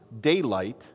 daylight